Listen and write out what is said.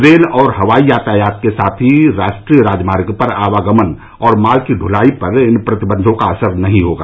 rail और हवाई यातायात के साथ ही राष्ट्रीय राजमार्गों पर आवागमन और माल की ढुलाई पर इन प्रतिबंधों का असर नहीं होगा